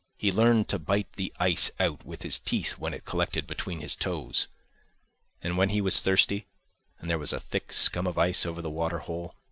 he learned to bite the ice out with his teeth when it collected between his toes and when he was thirsty and there was a thick scum of ice over the water hole,